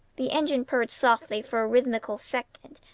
the engine purred softly for a rhythmical second,